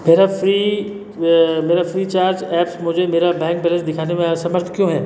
मेरा फ़्री मेरा Freecharge apps मुझे मेरा बैंक बैलेंस दिखाने में असमर्थ क्यों है